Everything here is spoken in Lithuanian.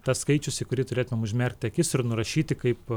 tas skaičius į kurį turėtumėm užmerkti akis ir nurašyti kaip